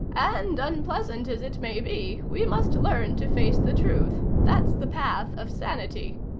and, unpleasant as it may be, we must learn to face the truth. that's the path of sanity.